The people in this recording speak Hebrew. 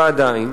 ועדיין,